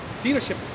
dealership